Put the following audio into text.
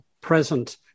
present